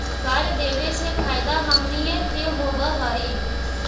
कर देबे से फैदा हमनीय के होब हई